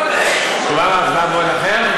תשובה והצבעה במועד אחר.